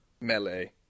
Melee